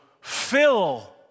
fill